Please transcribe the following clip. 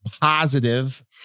positive